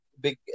big